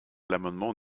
l’amendement